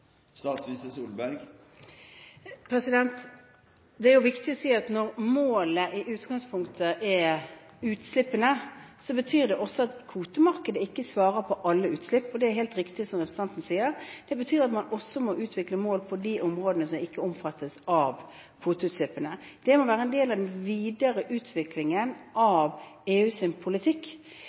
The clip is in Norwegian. Det er viktig å si at når målet i utgangspunktet er utslippene, betyr det også at kvotemarkedet ikke svarer på alle utslipp. Det er helt riktig som representanten sier. Det betyr at man også må utvikle mål på de områdene som ikke omfattes av kvoteutslippene. Det må være en del av den videre utviklingen av EUs politikk.